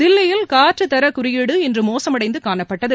தில்லியில் காற்று தரக்குறியீடு இன்று மோசமடைந்து காணப்பட்டது